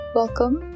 welcome